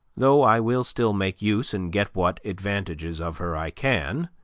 though i will still make use and get what advantages of her i can,